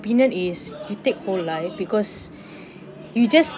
opinion is you take whole life because you just